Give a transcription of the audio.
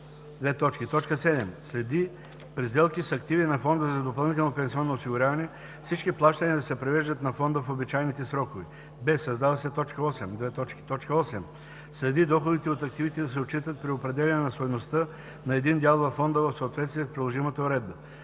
се нова т. 7: „7. следи при сделки с активи на фонда за допълнително пенсионно осигуряване всички плащания да се превеждат на фонда в обичайните срокове;“; б) създава се т. 8: „8. следи доходите от активите да се отчитат при определяне на стойността на един дял във фонда в съответствие с приложимата уредба;“;